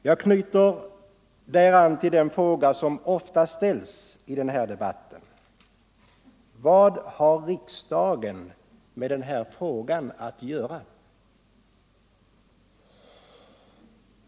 Jag knyter där an till den fråga som ofta ställs i den här debatten: Vad har riksdagen med den här frågan att göra?